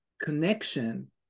connection